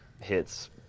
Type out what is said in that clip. hits